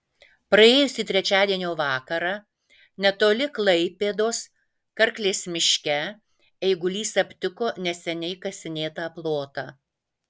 praėjusį trečiadienio vakarą netoli klaipėdos karklės miške eigulys aptiko neseniai kasinėtą plotą